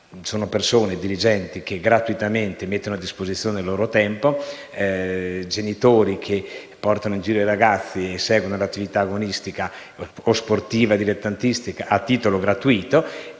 sono persone che gratuitamente mettono a disposizione il loro tempo, sono genitori che portano in giro i ragazzi, che seguono l'attività agonistica o sportivo‑dilettantistica a titolo gratuito